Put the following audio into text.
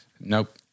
nope